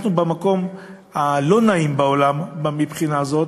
אנחנו במקום לא נעים בעולם מבחינה זו,